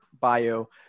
bio